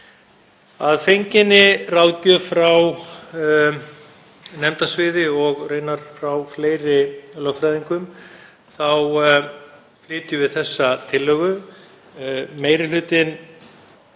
Að fenginni ráðgjöf frá nefndasviði og raunar frá fleiri lögfræðingum flytjum við þessa tillögu. Meiri hlutinn